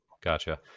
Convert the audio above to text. Gotcha